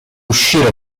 uscire